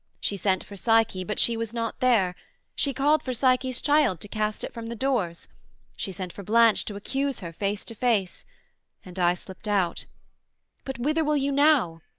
she sent for psyche, but she was not there she called for psyche's child to cast it from the doors she sent for blanche to accuse her face to face and i slipt out but whither will you now?